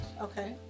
Okay